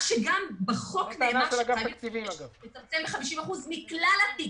מה גם שבחוק נאמר שיש לצמצם ב-50% מכלל התיק,